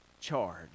charge